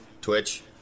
Twitch